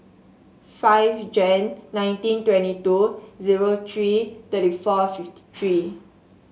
five Jan nineteen twenty two zero three thirty four fifty three